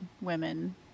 women